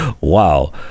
Wow